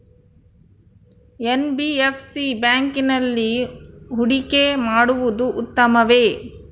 NBFC ಬ್ಯಾಂಕಿನಲ್ಲಿ ಹೂಡಿಕೆ ಮಾಡುವುದು ಉತ್ತಮವೆ?